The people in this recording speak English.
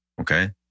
Okay